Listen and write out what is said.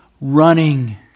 running